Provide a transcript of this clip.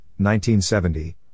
1970